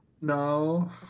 No